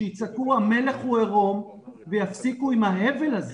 שיצעקו שהמלך הוא עירום ויפסיקו עם ההבל הזה